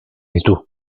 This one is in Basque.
ditu